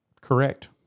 Correct